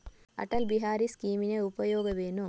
ಅಟಲ್ ಬಿಹಾರಿ ಸ್ಕೀಮಿನ ಉಪಯೋಗವೇನು?